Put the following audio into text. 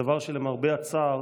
דבר שלמרבה הצער